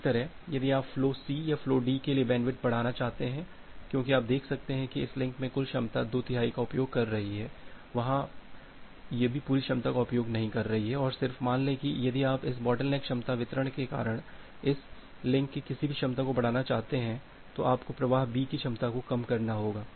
इसी तरह यदि आप फ्लो C या फ़्लो D के लिए बैंडविड्थ बढ़ाना चाहते हैं क्योंकि आप देख सकते हैं कि इस लिंक में कुल क्षमता दो तिहाई का उपयोग कर रही है वह यहाँ भी पूरी क्षमता का उपयोग नहीं कर रही है और सिर्फ मान ले कि यदि आप इस बॉटलनेक क्षमता वितरण के कारण इस लिंक की किसी भी क्षमता को बढ़ाना चाहते हैं तो आपको प्रवाह B की क्षमता को कम करना होगा